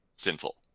Sinful